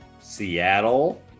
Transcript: Seattle